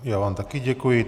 Já vám také děkuji.